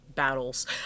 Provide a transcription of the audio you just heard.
Battles